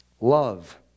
love